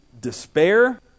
despair